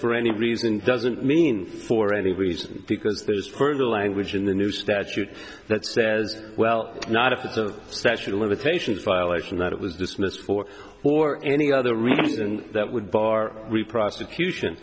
for any reason doesn't mean for any reason because there's further language in the new statute that says well not if there's a statute of limitations violation that it was dismissed for or any other reason that would bar the prosecution